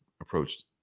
approached